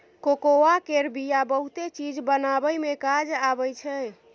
cocoa केर बिया बहुते चीज बनाबइ मे काज आबइ छै